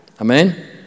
Amen